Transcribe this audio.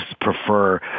prefer